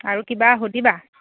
আৰু কিবা সুধিবা